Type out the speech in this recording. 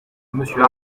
monsieur